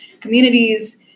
communities